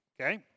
Okay